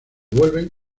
vuelven